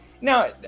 now